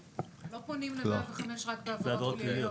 לא פונים ל-105 רק בעבירות פליליות.